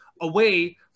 away